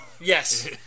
Yes